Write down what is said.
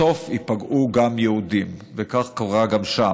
בסוף ייפגעו גם יהודים, וכך קרה גם שם.